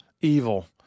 evil